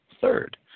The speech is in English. Third